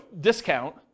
discount